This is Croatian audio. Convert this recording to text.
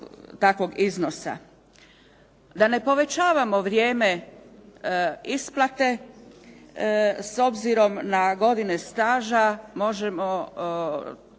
Da ne povećavamo vrijeme isplate s obzirom na godine staža možemo